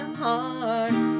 heart